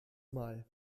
mal